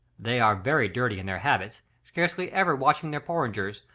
they are very dirty in their habits, scarcely ever washing their porringers,